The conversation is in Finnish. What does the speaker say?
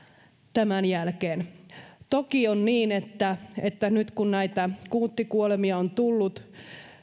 tämän jälkeen toki on niin että että nyt kun näitä kuuttikuolemia on tullut